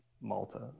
Malta